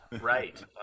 right